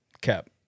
Cap